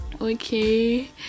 okay